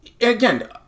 Again